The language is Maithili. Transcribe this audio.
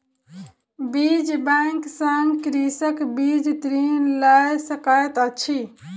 बीज बैंक सॅ कृषक बीज ऋण लय सकैत अछि